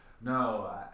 no